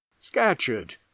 scatcherd